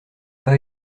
pas